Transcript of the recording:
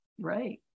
Right